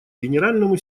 генеральному